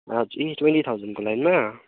हजुर ए ट्वेन्टी थाउजनको लाइनमा